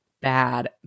bad